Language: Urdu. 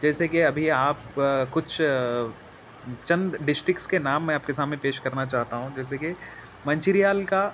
جیسے کہ ابھی آپ کچھ چند ڈسٹکس کے نام میں آپ کے سامنے پیش کرنا چاہتا ہوں جیسے کہ منچریال کا